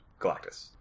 Galactus